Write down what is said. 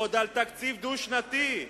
ועוד על תקציב דו-שנתי?